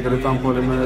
greitam puolime